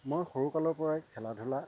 মই সৰুকালৰপৰাই খেলা ধূলা